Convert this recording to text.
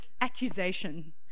accusation